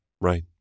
Right